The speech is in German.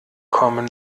kommen